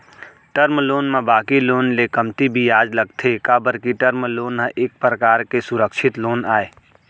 term loan म बाकी loan ले कमती बियाज लगथे काबर के टर्म लोन ह एक परकार के सुरक्छित लोन आय